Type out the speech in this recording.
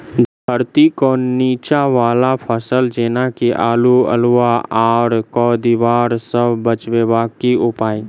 धरती केँ नीचा वला फसल जेना की आलु, अल्हुआ आर केँ दीवार सऽ बचेबाक की उपाय?